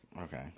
Okay